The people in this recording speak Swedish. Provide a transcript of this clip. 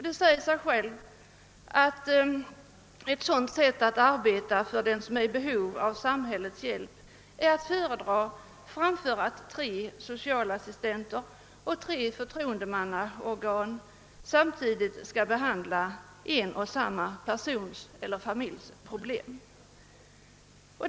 Det säger sig självt att ett sådant arbetssätt är att föredra för den som är i behov av samhällets hjälp framför att tre socialassistenter och tre förtroendemannaorgan samtidigt behandlar en och samma persons eller familjs problem.